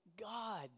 God